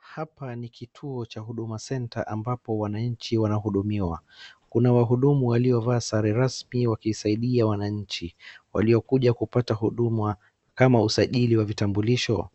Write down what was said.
Hapa ni kituo cha Huduma Center ambapo wananchi wanahudumiwa .Kuna wahudumu waliovaa sare rasmi wakisadia wananchi waliokuja kupata huduma kama usajili wa vitambulisho